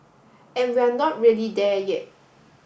and we're not really there yet